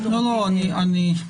תודה אדוני.